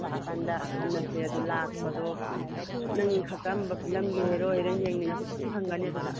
ꯂꯥꯛꯑ ꯀꯥꯟꯗ ꯈꯟꯅꯁꯦ ꯑꯗꯨ ꯂꯥꯛꯄꯗꯣ ꯅꯪ ꯀꯔꯝꯕ ꯐꯤꯂꯝꯒꯤ ꯍꯦꯔꯣ ꯍꯦꯔꯤꯌꯤꯟ ꯌꯦꯡꯅꯤꯡꯂꯁꯨ ꯂꯣꯏꯅ ꯐꯪꯒꯅꯤ ꯑꯗꯨꯗ